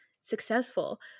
successful